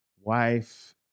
wife